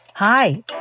Hi